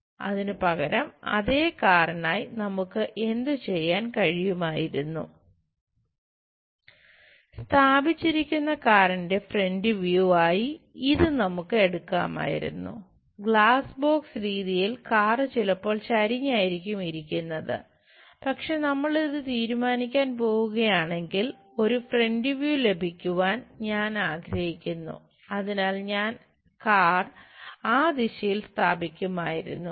അതിനുപകരം അതെ കാറിനായി നമുക്ക് എന്തുചെയ്യാൻ കഴിയുമായിരുന്നു സ്ഥാപിച്ചിരിക്കുന്ന കാറിന്റെ ഫ്രന്റ് വ്യൂ ലഭിക്കുവാൻ ഞാൻ ആഗ്രഹിക്കുന്നു അതിനാൽ ഞാൻ കാർ ആ ദിശയിൽ സ്ഥാപിക്കുമായിരുന്നു